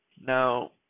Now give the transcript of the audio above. Now